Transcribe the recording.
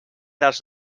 dels